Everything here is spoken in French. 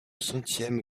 centième